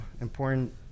important